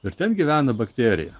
ir ten gyvena bakterija